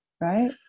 Right